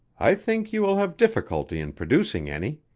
i think you will have difficulty in producing any.